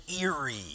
eerie